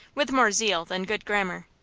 with more zeal than good grammar.